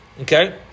Okay